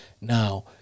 Now